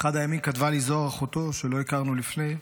באחד הימים כתבה לי זוהר אחותו, שלא הכרנו לפני,